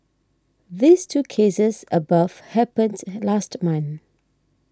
these two cases above happened last month